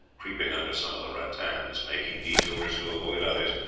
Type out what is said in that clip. creeping under some of the rattans, making detours to avoid others,